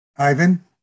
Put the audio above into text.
Ivan